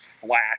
flat